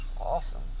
Awesome